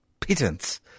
pittance